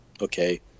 okay